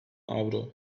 avro